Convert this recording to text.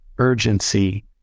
urgency